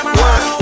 work